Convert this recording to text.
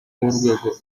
w’urwego